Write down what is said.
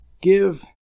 give